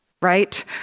right